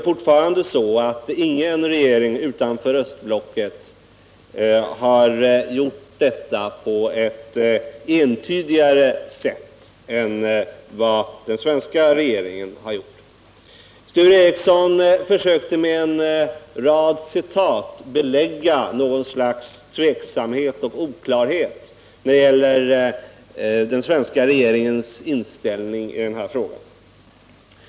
Fortfarande har ingen regering utanför östblocket gjort detta på ett entydigare sätt än den svenska regeringen. Sture Ericson försökte med en rad citat belägga något slags tveksamhet och oklarhet när det gäller den svenska regeringens inställning i den här frågan.